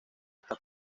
hasta